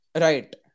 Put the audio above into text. Right